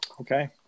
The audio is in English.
Okay